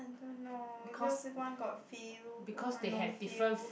I don't know because one got feel one no feel